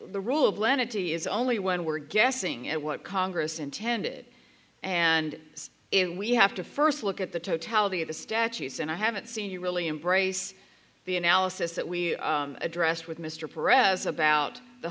the rule of lenity is only when we're guessing at what congress intended and in we have to first look at the totality of the statutes and i haven't seen you really embrace the analysis that we addressed with mr press about the